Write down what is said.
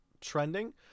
trending